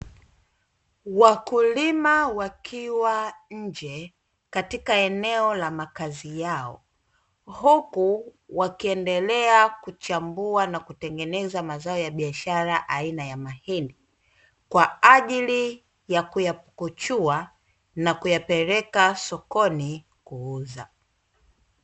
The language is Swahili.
Wakulima wakiwa nje katika eneo la makazi yao, huku wakiendelea kuchambua na kutengeneza mazao ya biashara aina ya mahindi, kwa ajili ya kuyapukuchua na kuyapeleka sokoni kuuza.